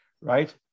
right